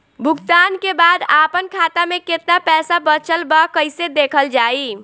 भुगतान के बाद आपन खाता में केतना पैसा बचल ब कइसे देखल जाइ?